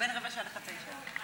בין רבע שעה לחצי שעה.